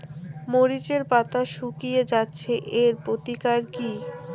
মরিচের পাতা শুকিয়ে যাচ্ছে এর প্রতিকার কি?